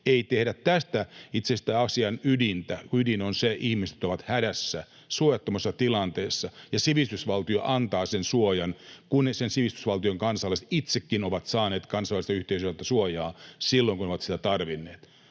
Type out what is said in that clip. Ei tehdä tästä itse sitä asian ydintä, kun ydin on se, että ihmiset ovat hädässä, suojattomassa tilanteessa, ja sivistysvaltio antaa sen suojan, kun ne sen sivistysvaltion kansalaiset itsekin ovat saaneet kansainväliseltä yhteisöltä suojaa silloin, kun he ovat sitä tarvinneet.